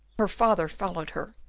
her father followed her,